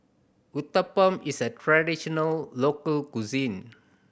uthapam is a traditional local cuisine